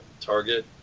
Target